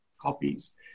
copies